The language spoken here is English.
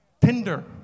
Tinder